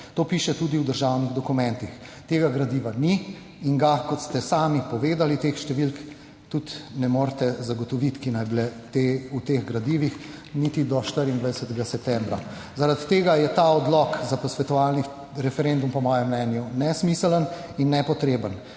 to piše tudi v državnih dokumentih. Tega gradiva ni in ga, kot ste sami povedali, teh številk tudi ne morete zagotoviti, ki naj bi bile v teh gradivih, niti do 24. septembra. Zaradi tega je ta odlok za posvetovalni referendum po mojem mnenju nesmiseln in nepotreben